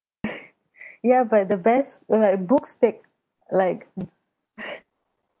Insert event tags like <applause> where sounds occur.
<laughs> ya but the best books take like <laughs>